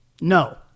No